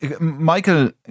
Michael